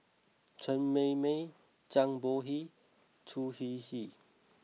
Chen Mei Mei Zhang Bohe Choo Hwee Hwee